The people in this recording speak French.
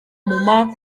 moment